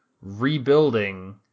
rebuilding